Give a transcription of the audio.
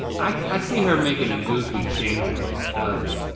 i see her makin' a goofy channel with her cousin.